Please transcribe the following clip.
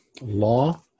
Law